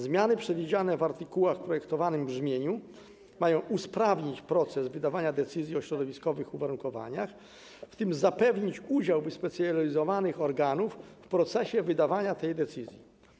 Zmiany przewidziane w artykułach w projektowanym brzmieniu mają usprawnić proces wydawania decyzji o środowiskowych uwarunkowaniach, w tym zapewnić udział wyspecjalizowanych organów w procesie wydawania tej decyzji.